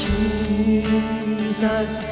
Jesus